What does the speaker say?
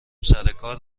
سرکار